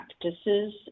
practices